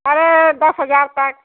अरे दस हजार तक